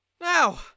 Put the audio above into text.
now